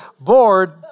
bored